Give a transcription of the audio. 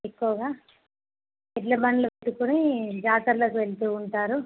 ఎక్కువగా ఎడ్లబండ్లు పెట్టుకుని జాతరలకు వెళ్తూ ఉంటారు